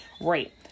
Right